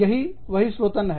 यही बहिस्रोतन है